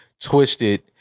twisted